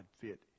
fit